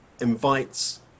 invites